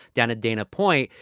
dana, dana point,